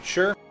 Sure